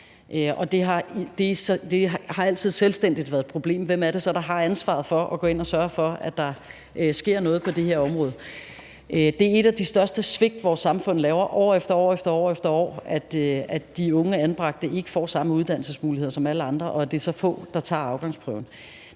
Det har altid selvstændigt været et problem: Hvem er det så, der har ansvaret for at gå ind og sørge for, at der sker noget på det her område? Det er et de største svigt, vores samfund laver år efter år efter år, at de unge anbragte ikke får samme uddannelsesmuligheder som alle andre, og at det er så få, der tager afgangsprøven.